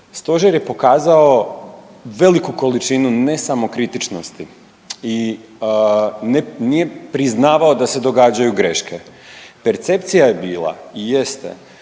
Stožer je pokazao veliku količinu ne samokritičnosti i nije priznavao da se događaju greške. Percepcija je bila i jeste